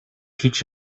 teach